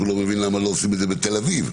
שהוא לא מבין למה לא עושים את זה בתל אביב.